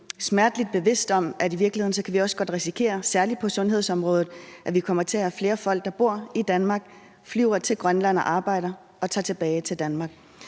smertelig bevidst om, at vi i virkeligheden også godt kan risikere, særlig på sundhedsområdet, at vi kommer til at have flere folk, der bor i Danmark, og som flyver til Grønland og arbejder og så tager tilbage til Danmark.